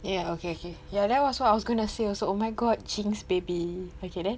ya okay okay yeah that was what I was gonna say also oh my god jinx baby okay then